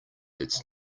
its